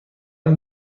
این